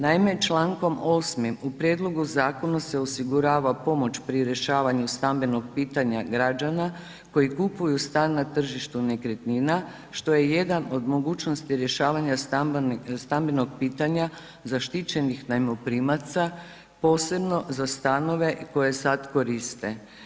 Naime člankom 8. u prijedlogu zakona se osigurava pomoć pri rješavanju stambenog pitanja građana koji kupuju stan na tržištu nekretnina što je jedan od mogućnosti rješavanja stambenog pitanja zaštićenih najmoprimaca posebno za stanove koje sada koriste.